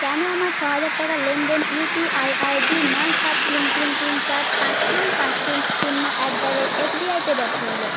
কেন আমার ছ হাজার টাকার লেনদেন U P I I D নয় সাত তিন তিন তিন চার পাঁচ তিন পাঁচ তিন শূন্য অ্যাট দা রেট এসবিআইতে ব্যর্থ হলো